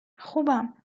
خوبم